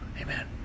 amen